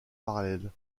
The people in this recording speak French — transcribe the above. parallèles